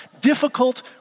difficult